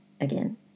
again